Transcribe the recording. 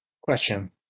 Question